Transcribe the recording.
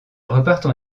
repartent